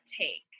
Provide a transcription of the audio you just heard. take